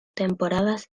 temporadas